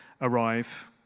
arrive